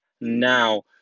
now